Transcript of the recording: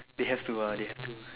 they have to ah they have to